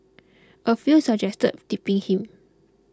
a few suggested tipping him